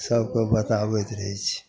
सभके बताबैत रहै छिए